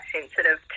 sensitive